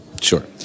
Sure